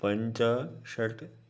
पञ्चाषट्